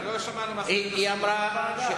לא שמענו מה מציעה סגנית השר.